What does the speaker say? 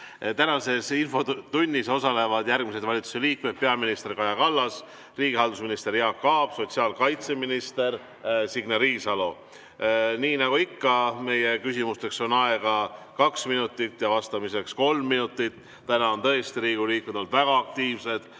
Tänases infotunnis osalevad järgmised valitsuse liikmed: peaminister Kaja Kallas, riigihalduse minister Jaak Aab ja sotsiaalkaitseminister Signe Riisalo. Nagu ikka, on küsimiseks aega kaks minutit ja vastamiseks kolm minutit. Riigikogu liikmed on olnud tõesti väga aktiivsed